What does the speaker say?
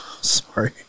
Sorry